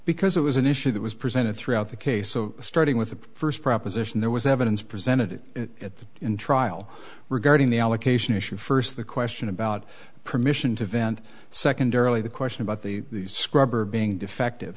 because it was an issue that was presented throughout the case so starting with the first proposition there was evidence presented at the in trial regarding the allocation issue first the question about permission to vent secondarily the question about the scrubber being defective